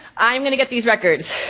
i'm gonna get these records.